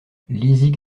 lizig